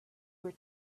were